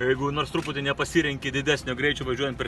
jeigu nors truputį nepasirenki didesnio greičio važiuojant per